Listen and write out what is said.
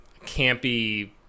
campy